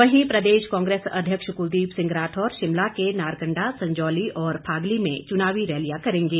वहीं प्रदेश कांग्रेस अध्यक्ष कुलदीप सिंह राठौर शिमला के नारकंडा संजौली और फागली में चुनावी रैलियां करेंगे